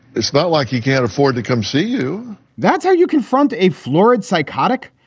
it's not like he can't afford to come see you that's how you confront a florid psychotic.